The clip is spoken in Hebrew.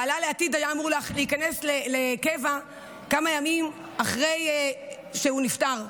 בעלה לעתיד היה אמור להיכנס לקבע כמה ימים אחרי שהוא נפטר,